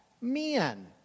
men